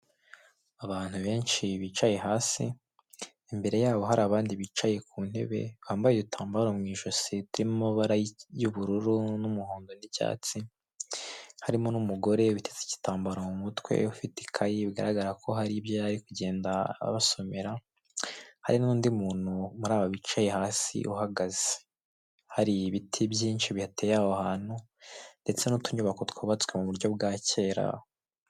Abantu benshi bicaye hasi, imbere yabo hari abandi bicaye kuntebe bambaye udutambaro mwijosi turimo amabara y'ubururu, numuhondo n'icyacyi, harimo n'umugore witeze igitambaro mumutwe ufite ikayi, bigaragara ko haribyo yari arikugenda abasomera, hari nundi muntu muri aba bicaye hasi uhagaze. Hari ibiti byinshi biteye aho hantu ndetse nutunyubako twubatse muburyo bwakera.